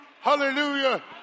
Hallelujah